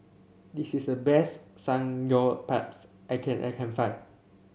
this is the best Samgyeopsal I can I can find